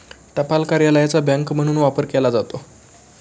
टपाल कार्यालयाचा बँक म्हणून वापर केला जातो